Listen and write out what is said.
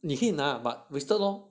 你可以拿 but wasted loh